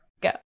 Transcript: go